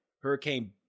hurricane